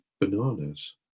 bananas